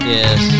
Yes